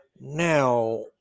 Now